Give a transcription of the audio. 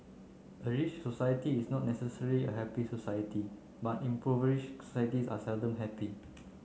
a rich society is not necessarily a happy society but impoverish societies are seldom happy